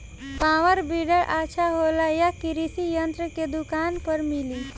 Power weeder अच्छा होला यह कृषि यंत्र के दुकान पर मिली?